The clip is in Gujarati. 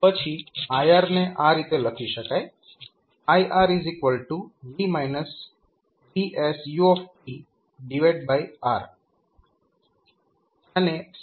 પછી iR ને આ રીતે લખી શકાય iR v VS u R